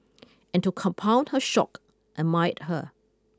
and to compound her shock admired her